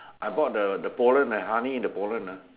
I bought the the pollen and honey the pollen ah